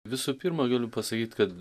visų pirma galiu pasakyt kad